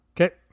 Okay